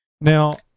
Now